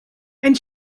and